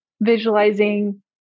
visualizing